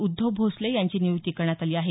उद्धव भोसले यांची नियुक्ती करण्यात आली आहे